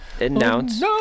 announce